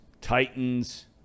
Titans